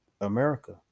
America